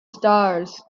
stars